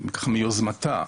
ככה מיוזמתה,